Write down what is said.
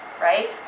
Right